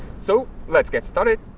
so let's get started.